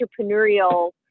entrepreneurial